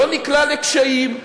לא נקלע לקשיים,